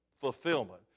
fulfillment